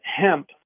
hemp